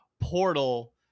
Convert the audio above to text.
portal